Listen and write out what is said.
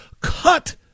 cut